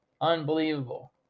Unbelievable